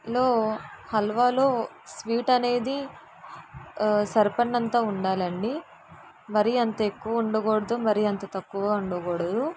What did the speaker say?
లో హల్వాలో స్వీట్ అనేది సరిపడినంత ఉండాలండి మరి అంత ఎక్కువ ఉండకూడదు మరి అంత తక్కువగా ఉండకూడదు